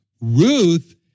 Ruth